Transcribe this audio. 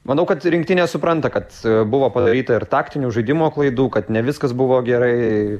manau kad rinktinė supranta kad buvo padaryta ir taktinių žaidimo klaidų kad ne viskas buvo gerai